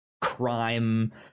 Crime